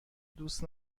دوست